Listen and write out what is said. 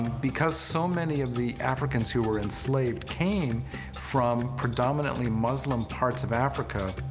because so many of the africans who were enslaved came from predominantly muslim parts of africa,